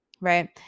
right